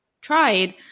tried